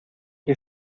que